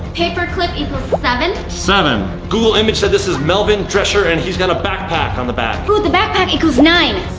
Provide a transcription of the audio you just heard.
paper clip equals seven. seven. google image said this is melvin dresher and he's got a back pack on the back. ooh, the backpack equals nine.